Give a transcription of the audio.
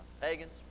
pagans